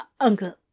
Uncle